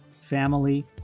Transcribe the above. family